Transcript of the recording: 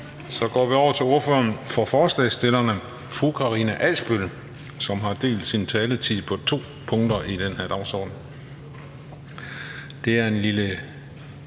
Så går vi over til ordføreren for forslagsstillerne, fru Karina Adsbøl, som har delt sin taletid på to indlæg under det her dagsordenspunkt. Det er en lille